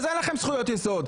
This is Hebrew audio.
אז אין לכם זכויות יסוד.